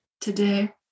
today